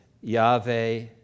Yahweh